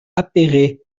appéré